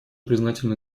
признательны